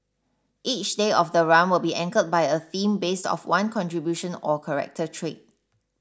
each day of the run will be anchored by a theme based of one contribution or character trait